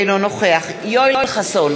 אינו נוכח יואל חסון,